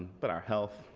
but our health,